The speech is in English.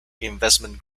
investment